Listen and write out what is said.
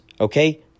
Okay